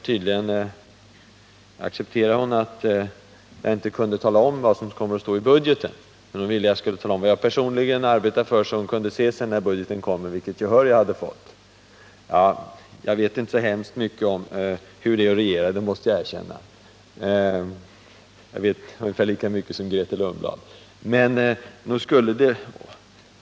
Tydligen accepterar hon att jag inte kan tala om vad som kommer att stå i budgetpropositionen, men hon ville att jag skulle tala om vad jag personligen arbetar för, så att hon när budgeten kommer kan se vilket gehör jag har fått för mina synpunkter. Jag vet inte så mycket om hur det är att regera, det måste jag erkänna — jag vet ungefär lika mycket som Grethe Lundblad.